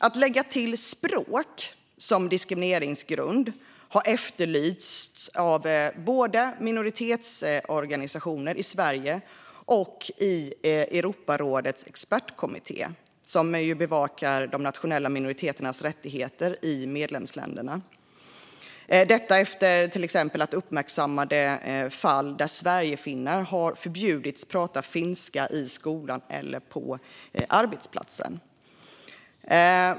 Att lägga till språk som diskrimineringsgrund är något som har efterlysts av både minoritetsorganisationer i Sverige och Europarådets expertkommitté, som bevakar de nationella minoriteternas rättigheter i medlemsländerna. Detta har man gjort efter uppmärksammade fall då sverigefinnar har förbjudits prata finska i skolan eller på arbetsplatsen.